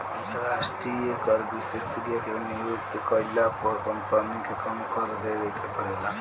अंतरास्ट्रीय कर विशेषज्ञ के नियुक्ति कईला पर कम्पनी के कम कर देवे के परेला